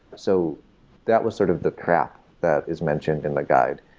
so that was sort of the trap that is mentioned in the guide.